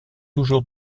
toujours